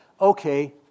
okay